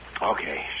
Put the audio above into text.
Okay